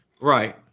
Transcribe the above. Right